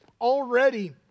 already